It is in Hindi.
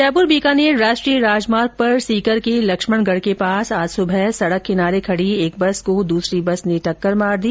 जयपुर बीकानेर राष्ट्रीय राजमार्ग पर सीकर के लक्ष्मणगढ के पास आज सुबह सड़क किनारे खडी एक बस को द्सरी बस ने टक्कर मार दी